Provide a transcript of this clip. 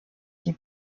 die